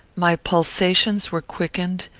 my pulsations were quickened,